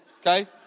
okay